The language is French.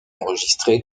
enregistrer